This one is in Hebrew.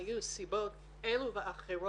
היו סיבות כאלה ואחרות,